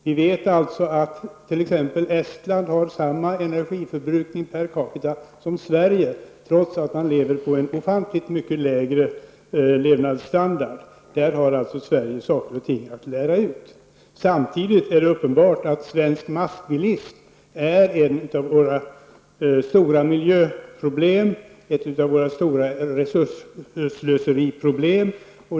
Vi vet att Estland har samma energiförbrukning per capita som Sverige, trots att man har en ofantligt mycket lägre levnadsstandard. Där har vi i Sverige saker och ting att lära ut. Det är samtidigt uppenbart att svensk massbilism är ett av våra stora miljöproblem och resursslöseriproblem.